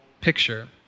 picture